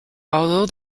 although